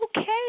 Okay